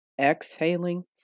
exhaling